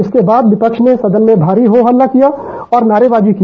इसके बाद विपक्ष ने सदन में भारी हो हल्ला किया और नारेबाजी की